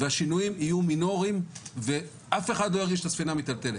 השינויים יהיו מינוריים ואף אחד לא ירגיש את הספינה מטלטלת.